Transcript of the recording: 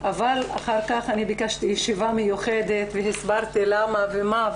אבל אחר כך אני ביקשתי ישיבה מיוחדת והסברתי למה ומה,